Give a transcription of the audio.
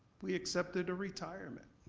we accepted a retirement,